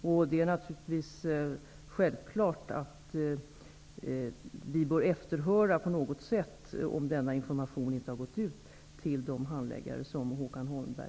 Vi skall naturligtvis efterhöra om så är fallet.